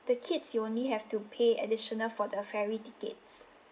the kids you only have to pay additional for the ferry tickets